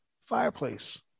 fireplace